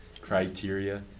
criteria